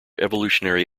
evolutionary